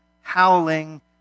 howling